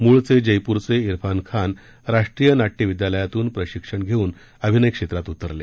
मूळचे जयपूरचे इरफान खान राष्ट्रीय नाट्य विद्यालयातून प्रशिक्षण घेऊन अभिनय क्षेत्रात उतरले